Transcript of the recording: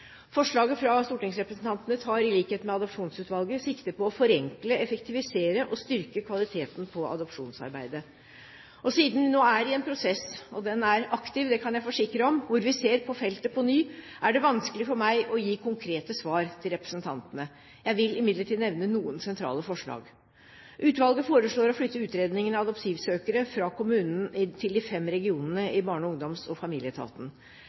Forslaget fra stortingsrepresentantene tar, i likhet med Adopsjonsutvalget, sikte på å forenkle, effektivisere og styrke kvaliteten på adopsjonsarbeidet. Siden vi nå er i en prosess – og den er aktiv, det kan jeg forsikre om – hvor vi ser på feltet på nytt, er det vanskelig for meg å gi konkrete svar til representantene. Jeg vil imidlertid nevne noen sentrale forslag. Utvalget foreslår å flytte utredningen av adoptivsøkere fra kommunen til de fem regionene i Barne-, ungdoms- og familieetaten.